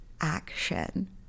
action